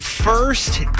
First